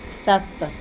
ਸੱਤ